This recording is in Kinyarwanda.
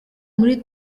muri